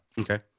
Okay